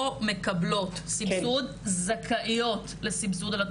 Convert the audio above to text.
לא מקבלות סבסוד זכאיות לסבסוד?